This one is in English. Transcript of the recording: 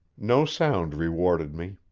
no sound rewarded me.